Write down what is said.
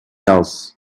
else